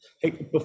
Hey